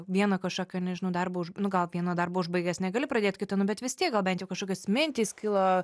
vieno kažkokio nežinau darbo už nu gal vieno darbo užbaigęs negali pradėt kito nu bet vis tiek gal bent jau kažkokios mintys kilo